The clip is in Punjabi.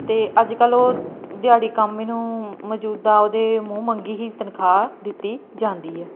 ਅਤੇ ਅੱਜ ਕੱਲ੍ਹ ਉਹ ਦਿਹਾੜੀ ਕਾਮੇ ਨੂੰ ਮੌਜੂਦਾ ਉਹਦੇ ਮੂੰਹ ਮੰਗੀ ਹੀ ਤਨਖਾਹ ਦਿੱਤੀ ਜਾਂਦੀ ਆ